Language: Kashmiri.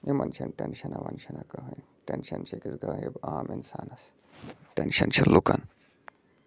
یِمَن چھَنہٕ ٹٮ۪نشَنا وٮ۪نشَنا کٕہۭنۍ ٹٮ۪نٛشَن چھِ أکِس غریب عام اِنسانَس ٹٮ۪نٛشَن چھِ لُکَن